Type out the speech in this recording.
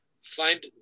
Find –